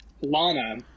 lana